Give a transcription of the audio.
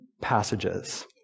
passages